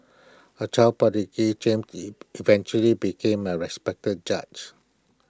A child prodigy James eventually became A respected judge